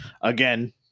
again